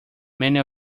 many